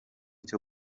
cyo